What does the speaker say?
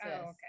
Okay